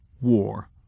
war